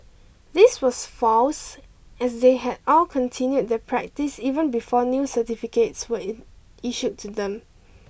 this was false as they had all continued their practice even before new certificates were issued to them